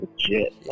legit